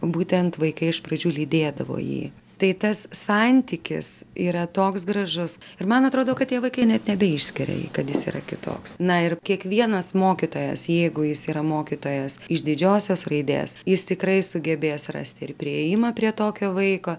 būtent vaikai iš pradžių lydėdavo jį tai tas santykis yra toks gražus ir man atrodo kad tie vaikai net nebeišskiria jį kad jis yra kitoks na ir kiekvienas mokytojas jeigu jis yra mokytojas iš didžiosios raidės jis tikrai sugebės rasti ir priėjimą prie tokio vaiko